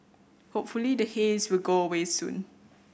hopefully the haze will go away soon